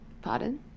Pardon